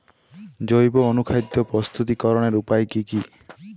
জৈব অনুখাদ্য প্রস্তুতিকরনের উপায় কী কী?